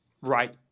Right